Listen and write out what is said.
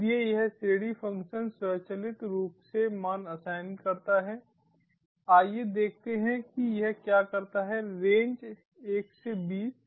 इसलिए यह श्रेणी फ़ंक्शन स्वचालित रूप से मान असाइन करता है आइए देखते हैं कि यह क्या करता है रेंज 1 20